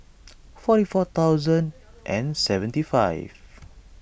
forty four thousand and seventy five